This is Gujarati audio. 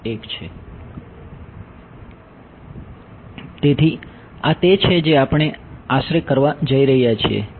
તેથી આ તે છે જે આપણે આશરે કરવા જઈ રહ્યા છીએ